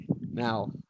Now